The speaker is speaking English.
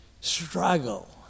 struggle